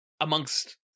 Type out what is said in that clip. amongst